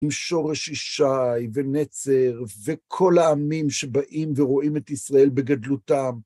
עם שורש ישי ונצר, וכל העמים שבאים ורואים את ישראל בגדלותה.